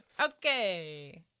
okay